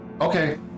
okay